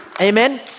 Amen